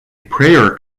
prayer